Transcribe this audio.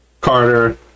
Carter